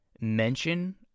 mention